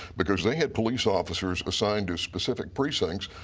because they had police officers assigned to specific precincts.